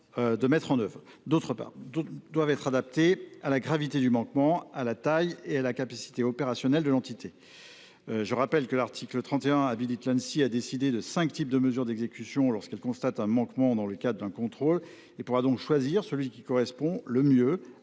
de mettre en œuvre, d’autre part, doivent être adaptées à la gravité du manquement, à la taille et à la capacité opérationnelle de l’entité. Je rappelle que l’article 31 habilite l’Anssi à décider de cinq types de mesures d’exécution lorsqu’elle constate un manquement dans le cadre d’un contrôle. Elle pourra donc choisir celui qui correspond le mieux à la nature